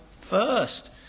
first